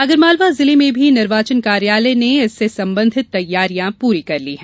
आगरमालवा जिले में भी निर्वाचन कार्यालय ने इससे संबंधित तैयारियां पूरी कर ली हैं